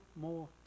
more